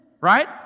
right